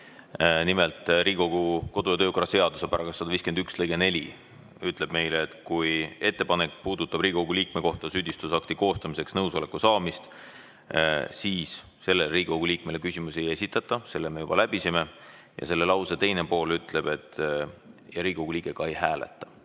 Nimelt, Riigikogu kodu- ja töökorra seaduse § 151 lõige 4 ütleb meile, et kui ettepanek puudutab Riigikogu liikme kohta süüdistusakti koostamiseks nõusoleku saamist, siis sellele Riigikogu liikmele küsimusi ei esitata – selle me juba läbisime –, ja selle lause teine pool ütleb, et Riigikogu liige ise ka ei hääleta.